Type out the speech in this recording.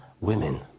women